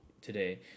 today